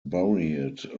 buried